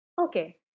Okay